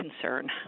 concern